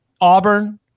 Auburn